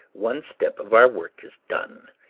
one step of our work is done,